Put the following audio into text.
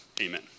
Amen